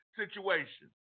situation